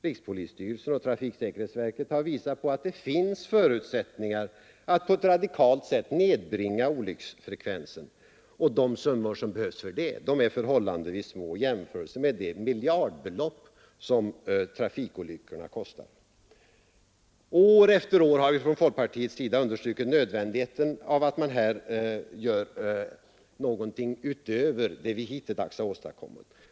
Rikspolisstyrelsen och trafiksäkerhetsverket har visat på att det finns förutsättningar att på ett radikalt sätt nedbringa olycksfrekvensen, och de summor som behövs för det är förhållandevis små i jämförelse med de miljardbelopp som trafikolyckorna kostar. År efter år har vi från folkpartiets sida understrukit nödvändigheten av att man gör någonting utöver vad vi hittills har åstadkommit.